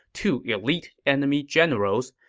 two elite enemy generals.